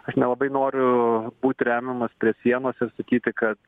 aš nelabai noriu būt remiamas prie sienos sakyti kad